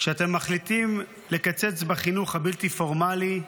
כשאתם מחליטים לקצץ בחינוך הבלתי-פורמלי,